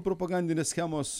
propagandinės schemos